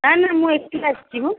ନା ନା ମୁଁ ଏକୁଟିଆ ଆସଛି ମ